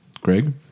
Greg